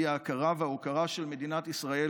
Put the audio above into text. והיא ההכרה של מדינת ישראל